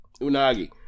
unagi